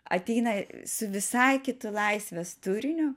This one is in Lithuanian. ateina su visai kitu laisvės turiniu